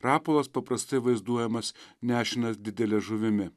rapolas paprastai vaizduojamas nešinas didele žuvimi